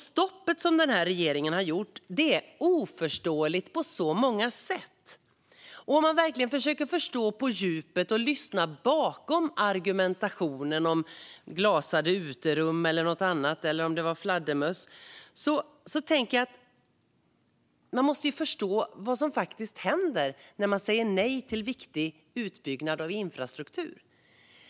Stoppet som den här regeringen har gjort är oförståeligt på så många sätt. Det gäller även om man verkligen på djupet försöker förstå och lyssna bakom argumentationen om glasade uterum, något annat eller om det var fladdermöss. Man måste förstå vad som faktiskt händer när man säger nej till viktig utbyggnad av infrastruktur.